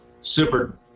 Super